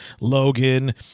Logan